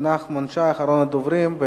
ונחמן שי, אחרון הדוברים.